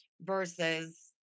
versus